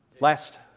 Last